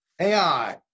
AI